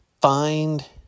find